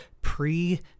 pre